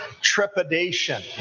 trepidation